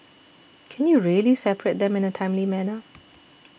can you really separate them in a timely manner